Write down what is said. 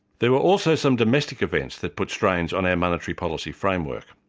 there were also some domestic events that put strains on our monetary policy framework.